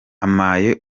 ampaye